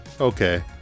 Okay